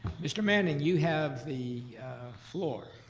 mr. manning, you have the floor.